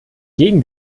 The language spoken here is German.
gegen